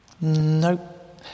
Nope